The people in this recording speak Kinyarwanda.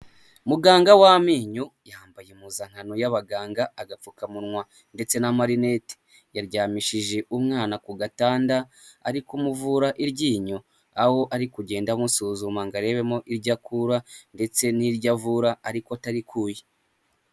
Muganga w'amenyo yambaye impuzankano y'abaganga, agapfukamunwa ndetse n'amarinete yaryamishije umwana ku gatanda ari kumuvura iryinyo aho ari kugenda amusuzuma ngo arebemo iryo akura ndetse n'iryo avura ariko atarikuye.